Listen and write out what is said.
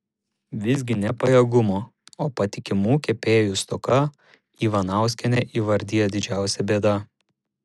visgi ne pajėgumo o patikimų kepėjų stoką ivanauskienė įvardija didžiausia bėda